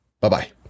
Bye-bye